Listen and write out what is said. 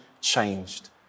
changed